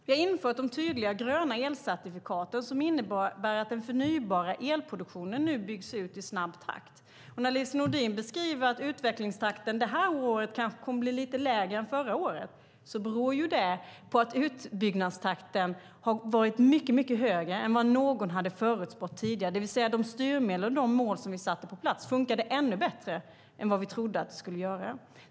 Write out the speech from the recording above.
Vi har infört tydliga gröna elcertifikat som innebär att produktionen av en förnybar el byggs ut i snabb takt. Lise Nordin beskriver att utvecklingstakten det här året kommer att bli lite lägre än förra året. Det beror på att utbyggnadstakten har varit mycket, mycket högre än vad någon hade förutspått, det vill säga att de styrmedel och de mål som vi infört har fungerat ännu bättre än vad vi trodde att de skulle göra.